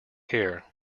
hair